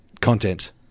content